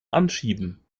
anschieben